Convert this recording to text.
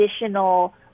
additional